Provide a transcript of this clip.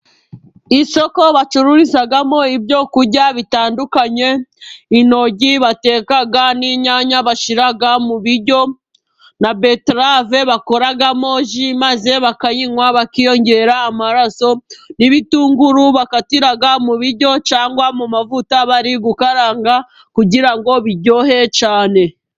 Isoko bacururizamo ibyo kurya bitandukanye. Intoryi bateka, n'inyanya bashyira mu biryo, na beterave bakoramo ji maze bakayinywa bakiyongera amaraso, n'ibitunguru bakatira mu biryo cyane mu mavuta bari gukaranga, kugira ngo biryohe cyane.